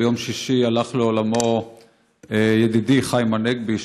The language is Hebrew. ביום שישי הלך לעולמו ידידי חיים הנגבי,